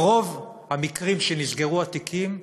ברוב המקרים שנסגרו התיקים,